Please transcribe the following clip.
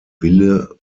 wille